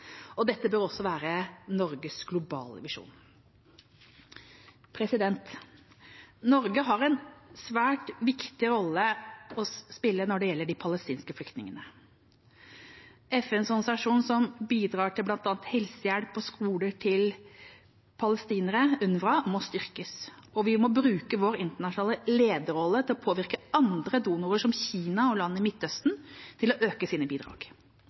familie. Dette bør også være Norges globale visjon. Norge har en svært viktig rolle å spille når det gjelder de palestinske flyktningene. FNs organisasjon som bidrar bl.a. til helsehjelp og skoler til palestinere, UNRWA, må styrkes, og vi må bruke vår internasjonale lederrolle til å påvirke andre donorer, som Kina og land i Midtøsten, til å øke sine bidrag.